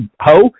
ho